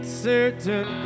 certain